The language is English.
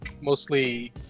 mostly